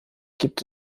gibt